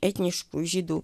etniškų žydų